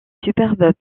superbes